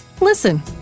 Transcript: Listen